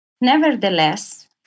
Nevertheless